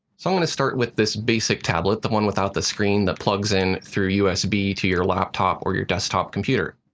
so i'm going to start with this basic tablet, the one without the screen that plugs in through usb to your laptop or your desktop computer.